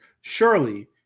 surely